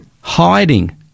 Hiding